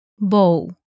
bo